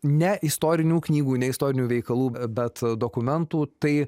ne istorinių knygų ne istorinių veikalų bet dokumentų tai